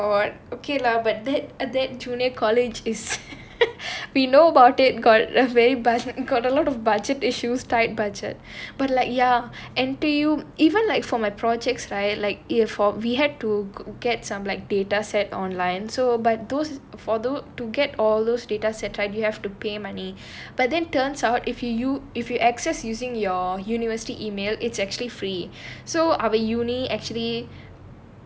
oh my god okay lah but they adapt to junior college is we know about it got have a button got a lot of budget issues tight budget but like ya N_T_U even like for my projects right like if for we had to get some like data set online to buy those for although to get all those you need to pay money but then turns out if you if you access using your university email it's actually free so have a university actually